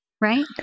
right